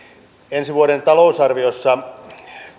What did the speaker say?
ensi vuoden talousarviossa